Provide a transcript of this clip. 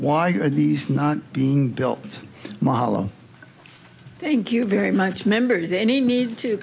why are these not being built malo thank you very much members any need to